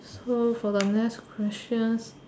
so for the next questions